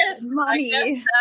money